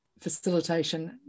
facilitation